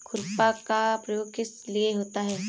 खुरपा का प्रयोग किस लिए होता है?